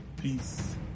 Peace